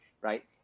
right